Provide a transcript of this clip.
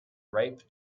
ripe